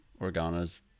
Organa's